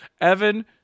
Evan